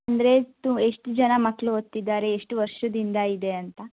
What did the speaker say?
ಅಂದರೆ ಟು ಎಷ್ಟು ಜನ ಮಕ್ಕಳು ಓದ್ತಿದ್ದಾರೆ ಎಷ್ಟು ವರ್ಷದಿಂದ ಇದೆ ಅಂತ